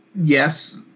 yes